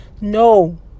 no